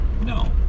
No